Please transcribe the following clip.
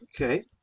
Okay